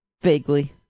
Vaguely